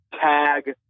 tag